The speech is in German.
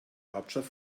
hauptstadt